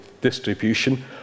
distribution